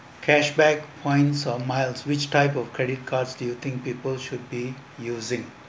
cashback points or miles which type of credit cards do you think people should be using